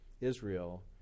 Israel